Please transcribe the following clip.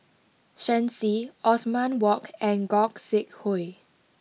Shen Xi Othman Wok and Gog Sing Hooi